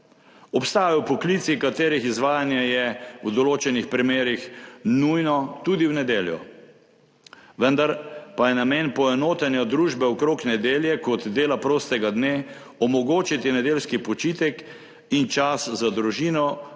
Obstajajo poklici, katerih izvajanje je v določenih primerih nujno tudi v nedeljo. Vendar pa je namen poenotenja družbe okrog nedelje kot dela prostega dne omogočiti nedeljski počitek in čas za družino kar